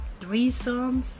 threesomes